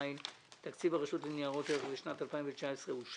אין הצעת תקציב הרשות לניירות ערך לשנת 2019 נתקבלה.